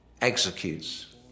executes